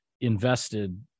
invested